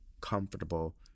comfortable